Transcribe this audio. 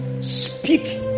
speak